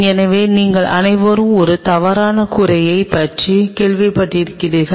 எனவே நீங்கள் அனைவரும் ஒரு தவறான கூரையைப் பற்றி கேள்விப்பட்டிருக்கிறீர்கள்